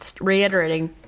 reiterating